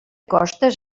costes